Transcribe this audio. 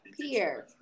Pierre